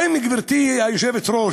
האם, גברתי היושבת-ראש,